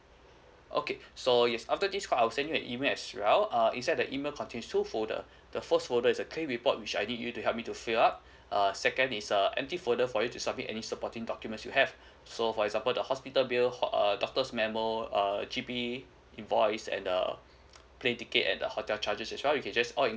okay so is after this call I'll send you an email as well uh inside the email contain two folders the first folder is the claim report which I need you to help me to fill up err second is a empty folder for you to submit any supporting documents you have so for example the hospital bill hos~ uh doctor's memo err G_P invoice and uh plane ticket and the hotel charges as well you can just all in~